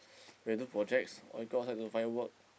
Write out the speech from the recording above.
random projects or you go outside to find work